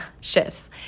shifts